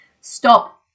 stop